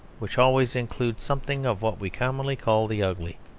which always includes something of what we commonly call the ugly.